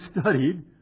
studied